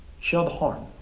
show the harm,